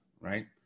right